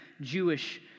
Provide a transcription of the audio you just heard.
Jewish